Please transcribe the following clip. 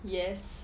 yes